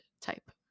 type